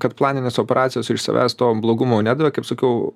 kad planinės operacijos iš savęs to blogumo nedavė kaip sakau